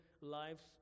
lives